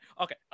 okay